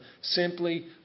simply